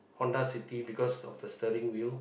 Honda City because of the stirring wheel